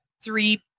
three